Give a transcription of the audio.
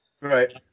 right